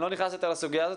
אני לא נכנס יותר לסוגיה הזאת.